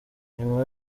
nyuma